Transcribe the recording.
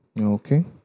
Okay